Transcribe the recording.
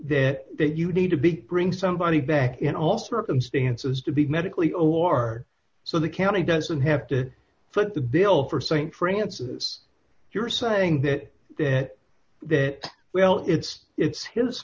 say that you need to be bring somebody back in all circumstances to be medically or so the county doesn't have to foot the bill for st francis you're saying that that that well it's it's his